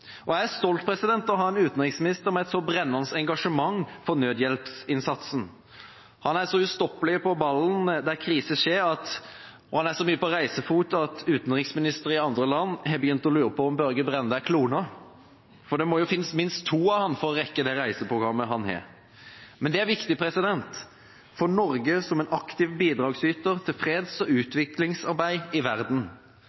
nød. Jeg er stolt av å ha en utenriksminister med et så brennende engasjement for nødhjelpsinnsatsen. Han er ustoppelig på ballen der kriser skjer. Ja, han er så mye på reisefot at utenriksministre i andre land har begynt å lure på om Børge Brende er klonet, for det må jo finnes minst to stykker av ham for å rekke det reiseprogrammet han har. Men det er viktig for Norge som en aktiv bidragsyter til freds- og